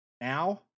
now